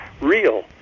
real